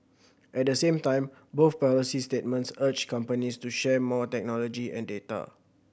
at the same time both policy statements urged companies to share more technology and data